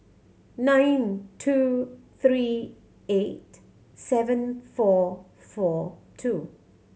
nine two three eight seven four four two